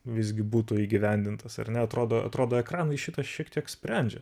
visgi būtų įgyvendintas ar ne atrodo atrodo ekranai šitą šiek tiek sprendžia